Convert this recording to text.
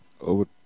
over